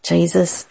Jesus